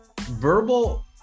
verbal